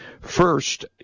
First